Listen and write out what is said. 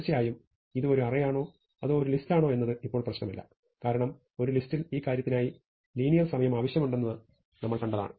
തീർച്ചയായും ഇത് ഒരു അറേയാണോ അതോ ഒരു ലിസ്റ്റാണോ എന്നത് ഇപ്പോൾ പ്രശ്നമല്ല കാരണം ഒരു ലിസ്റ്റിൽ ഈ കാര്യത്തിനെ ലീനിയർ സമയം ആവശ്യമുണ്ടെന്നു നമ്മൾ കണ്ടതാണ്